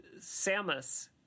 Samus